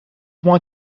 want